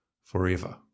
forever